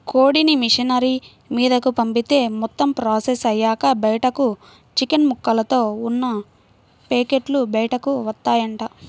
కోడిని మిషనరీ మీదకు పంపిత్తే మొత్తం ప్రాసెస్ అయ్యాక బయటకు చికెన్ ముక్కలతో ఉన్న పేకెట్లు బయటకు వత్తాయంట